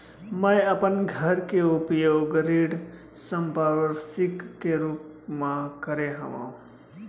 मै अपन घर के उपयोग ऋण संपार्श्विक के रूप मा करे हव